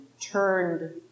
turned